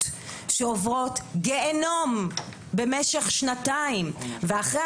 שעוברות גיהינום במשך שנתיים ואחר כך